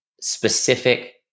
specific